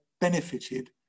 benefited